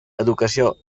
educació